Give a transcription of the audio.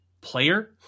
player